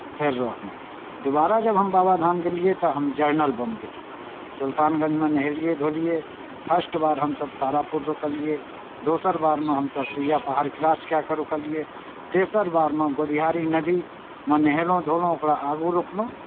फेर रहलहुँ दुबारा जब हम बाबाधाम गेलियै तऽ हम जनरल बम गेलियै सुल्तानगञ्जमे नहेलियै धोलियै फर्स्ट बार हमसभ तारापुर रुकलियै दोसर बारमे हमसभ सुइआ पहाड़ क्रॉस कए कर रुकलियै तेसर बारमे गोधियारी नदीमे नहेलहुँ धोलहुँ ओकर आगू रुकलहुँ